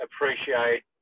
appreciate